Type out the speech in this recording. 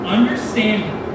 Understanding